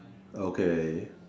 okay